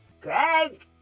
Greg